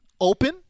open